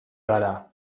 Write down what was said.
gara